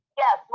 yes